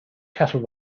cattle